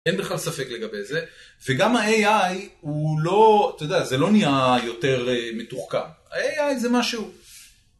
אין בכלל ספק לגבי זה, וגם ה-AI הוא לא, אתה יודע, זה לא נהיה יותר מתוחכם, ה-AI זה משהו.